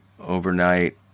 overnight